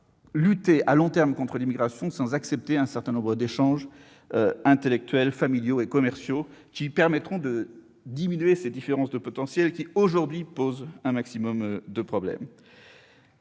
lutter à long terme contre l'immigration illégale sans accepter une certaine dose d'échanges intellectuels, familiaux, commerciaux, permettant de diminuer ces différences de potentiel qui, aujourd'hui, posent énormément de problèmes.